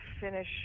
finish